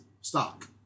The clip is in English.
stock